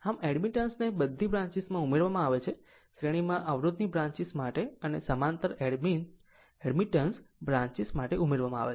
આમ એડમિટન્સ ને બધી બ્રાન્ચીસ માં ઉમેરવામાં આવે છે શ્રેણીમાં અવરોધની બ્રાન્ચીસ માટે અને સમાંતર એડમિટન્સ બ્રાન્ચીસ માટે ઉમેરવામાં આવે છે